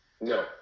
no